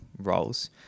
roles